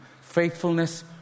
Faithfulness